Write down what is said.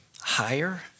higher